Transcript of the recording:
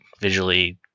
visually